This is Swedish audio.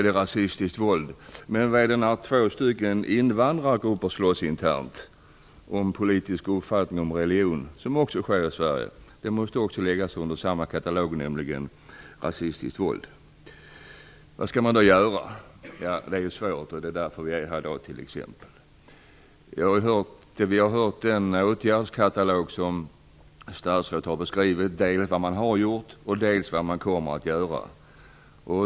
Men vad kallas det när två invandrargrupper slåss internt om politisk uppfattning eller religion, vilket också sker i Sverige? Det måste också läggas under samma katalog, nämligen rasistiskt våld. Vad skall man då göra? Det är en svår fråga. Det är därför vi t.ex. är här i dag. Vi har hört ur den åtgärdskatalog som statsrådet har beskrivit dels om det man har gjort, dels om det man kommer att göra.